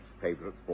favorite